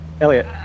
Elliot